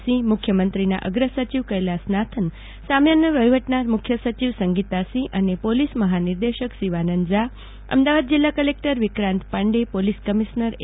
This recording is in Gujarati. સિંહ મુખ્યમંત્રીના અગ્ર સચિવ કૈલાસનાથન સામાન્ય વહીવટના મુખ્ય સચિવ સંગીતાસિંહ તેમજ પોલીસ મહાનિદેશક શિવાનંદ ઝા અમદાવાદ જિલ્લા collector Vikrant Pandey police commissioner એ